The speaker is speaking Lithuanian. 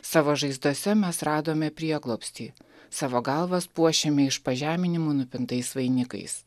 savo žaizdose mes radome prieglobstį savo galvas puošiam iš pažeminimų nupintais vainikais